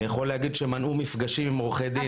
אני יכול להגיד שמנעו מפגשים עם עורכי דין.